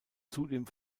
zudem